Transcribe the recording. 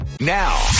Now